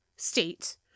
State